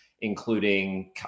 including